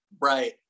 Right